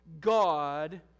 God